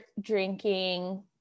drinking